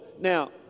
now